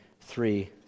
three